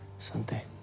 sunday